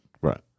Right